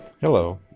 Hello